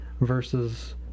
versus